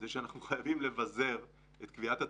זה שאנחנו חייבים לבזר את קביעת התבחינים.